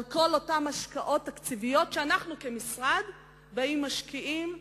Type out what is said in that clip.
כל אותן השקעות תקציביות שאנחנו כמשרד באים ומשקיעים.